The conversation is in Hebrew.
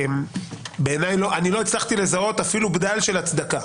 אני לא הצלחתי לזהות אפילו בדל של הצדקה.